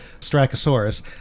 strachosaurus